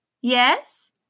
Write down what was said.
Yes